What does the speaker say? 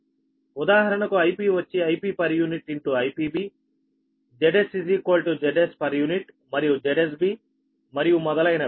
ఉదాహరణకు Ip వచ్చి Ip IpB Zs Zs మరియు ZsB మరియు మొదలైనవి